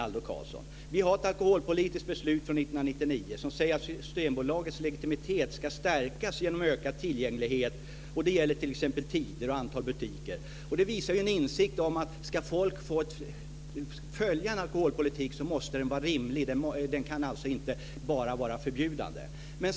Vi har ett alkoholpolitiskt beslut från 1999 som säger att Systembolagets legitimitet ska stärkas genom ökad tillgänglighet. Det gäller t.ex. tider och antal butiker. Det visar en insikt om att en alkoholpolitik måste vara rimlig för att kunna följas, den kan alltså inte bara vara förbjudande.